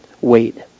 Wait